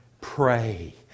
pray